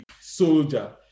soldier